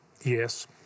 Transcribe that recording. yes